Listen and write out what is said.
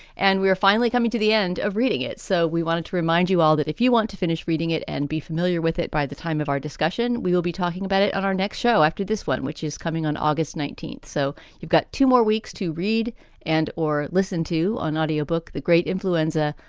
and we are finally coming to the end of reading it. so we wanted to remind you all that if you want to finish reading it and be familiar with it, by the time of our discussion, we will be talking about it on our next show after this one, which is coming on august nineteenth. so you've got two more weeks to read and or listen to an audio book, the great influenza,